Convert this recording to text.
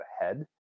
ahead